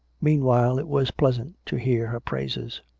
meanwhile it was pleasant to hear her praises.